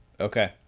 okay